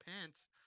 pants